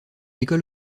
école